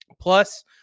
Plus